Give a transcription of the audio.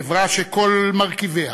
חברה שכל מרכיביה,